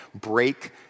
break